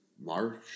March